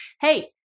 hey